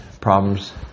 problems